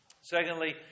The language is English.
Secondly